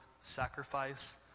sacrifice